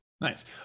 Nice